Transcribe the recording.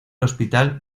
hospital